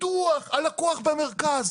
רק שר, מנכ"ל